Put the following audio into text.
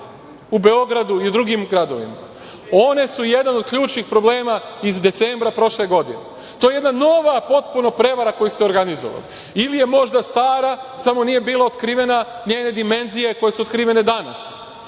u Beogradu i drugim gradovima, one su jedan od ključnih problema iz decembra prošle godine. To je jedna nova potpuno prevara koju ste organizovali, ili je možda stara, samo nije bila otkrivena, njene dimenzije koje su otkrivene danas.